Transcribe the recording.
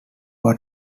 what